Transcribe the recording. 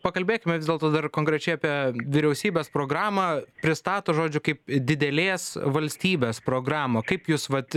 pakalbėkime vis dėlto dar konkrečiai apie vyriausybės programą pristato žodžiu kaip didelės valstybės programą kaip jūs vat